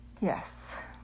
Yes